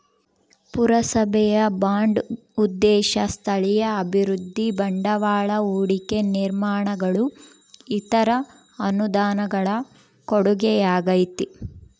ಪುರಸಭೆಯ ಬಾಂಡ್ ಉದ್ದೇಶ ಸ್ಥಳೀಯ ಅಭಿವೃದ್ಧಿ ಬಂಡವಾಳ ಹೂಡಿಕೆ ನಿರ್ಮಾಣಗಳು ಇತರ ಅನುದಾನಗಳ ಕೊಡುಗೆಯಾಗೈತೆ